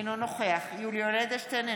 אינו נוכח יולי יואל אדלשטיין,